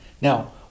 now